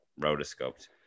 rotoscoped